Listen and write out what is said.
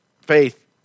Faith